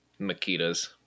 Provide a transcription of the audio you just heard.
makita's